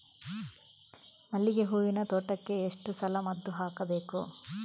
ಮಲ್ಲಿಗೆ ಹೂವಿನ ತೋಟಕ್ಕೆ ಎಷ್ಟು ಸಲ ಮದ್ದು ಹಾಕಬೇಕು?